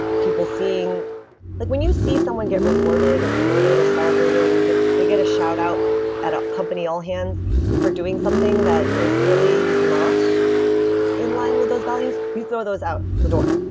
people seeing like when you see someone get rewarded, or promoted, or celebrated, or they get a shout out at a company all-hands for doing something that is really not in-line with those values, you throw those out the door.